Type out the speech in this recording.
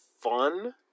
fun